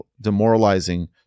demoralizing